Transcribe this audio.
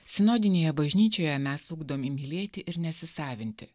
sinodinėje bažnyčioje mes ugdomi mylėti ir nesisavinti